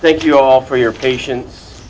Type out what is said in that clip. thank you all for your patience